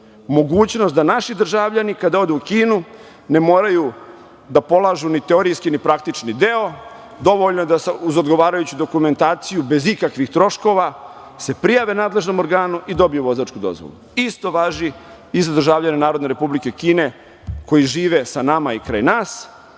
mogućnost da naši državljani kada odu u Kinu ne moraju da polažu ni teorijski, ni praktični deo, dovoljno je da uz odgovarajuću dokumentaciju, bez ikakvih troškova se prijave nadležnom organu i dobiju vozačku dozvolu. Isto važi i za državljane NRK koji žive sa nama i kraj nas